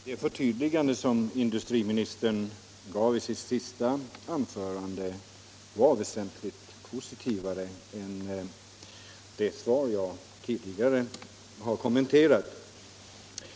Herr talman! Det förtydligande som industriministern gjorde i sitt senaste anförande var väsentligt mer positivt än det svar jag tidigare har kommenterat.